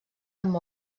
amb